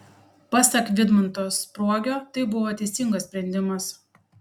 pasak vidmanto spruogio tai buvo teisingas sprendimas